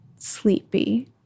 sleepy